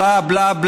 בלה,